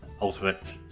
ultimate